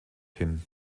hin